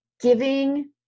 giving